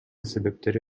себептери